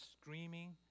screaming